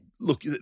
look